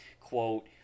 quote